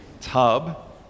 Tub